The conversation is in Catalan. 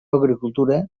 agricultura